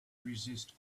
resist